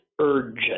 urgent